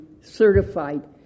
certified